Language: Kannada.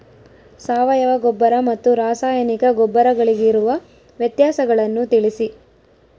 ಸಾವಯವ ಗೊಬ್ಬರ ಮತ್ತು ರಾಸಾಯನಿಕ ಗೊಬ್ಬರಗಳಿಗಿರುವ ವ್ಯತ್ಯಾಸಗಳನ್ನು ತಿಳಿಸಿ?